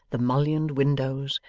the mullioned windows,